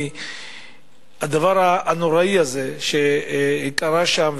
הדבר הנוראי הזה שקרה שם,